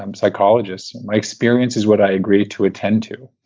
um psychologist, my experience is what i agree to attend to.